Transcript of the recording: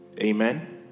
Amen